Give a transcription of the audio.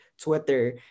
Twitter